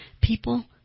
People